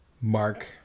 mark